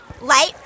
Light